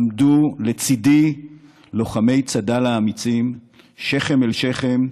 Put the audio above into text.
עמדו לצידי לוחמי צד"ל האמיצים שכם אל שכם,